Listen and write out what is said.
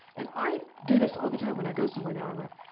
and i do this all the time when i go somewhere. now, i'm like,